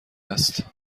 است